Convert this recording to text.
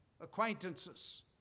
acquaintances